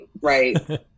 right